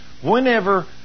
Whenever